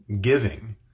giving